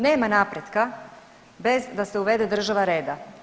Nema napretka bez da se uvede država reda.